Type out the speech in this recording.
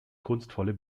kunstvolle